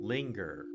Linger